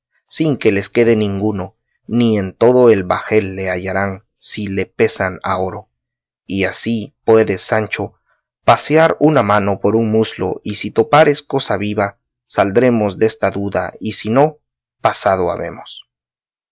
sin que les quede ninguno ni en todo el bajel le hallarán si le pesan a oro y así puedes sancho pasear una mano por un muslo y si topares cosa viva saldremos desta duda y si no pasado habemos